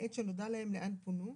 מעד שנודע להם לאן פונו,